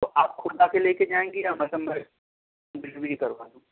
تو آپ کھود آ کے لے کے جائیں گی یا مطلب میم میں ڈلیوری کروا دوں